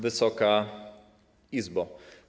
Wysoka Izbo!